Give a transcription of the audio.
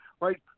Right